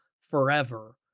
forever